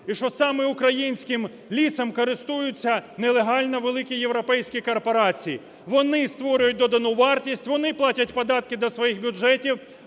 і що саме українським лісом користуються нелегальні великі європейські корпорації. Вони створюють додану вартість, вони платять податки до своїх бюджетів,